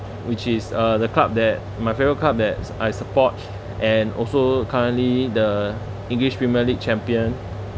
which is uh the club that my favourite club that I support and also currently the english premier league champion